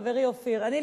חברי אופיר: אני,